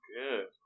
good